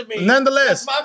nonetheless